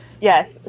Yes